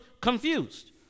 confused